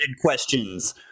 Questions